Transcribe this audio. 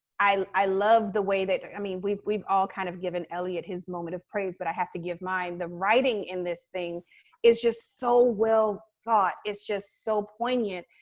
i i love the way that i mean we've we've all kind of given eliot his moment of praise, but i have to give mine. the writing in this thing is just so well thought. it's just so poignant.